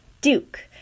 Duke